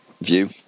view